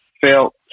felt